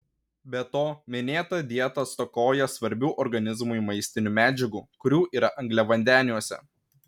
be to minėta dieta stokoja svarbių organizmui maistinių medžiagų kurių yra angliavandeniuose